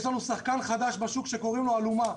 יש לנו שחקן חדש בשוק שקוראים לו "אלומה".